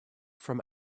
from